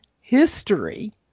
history